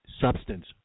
substance